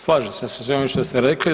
Slažem se sa svime ovime što ste rekli.